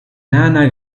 nana